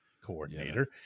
coordinator